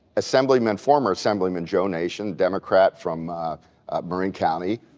assemblyman, former assemblyman joe nation, democrat from bergen county,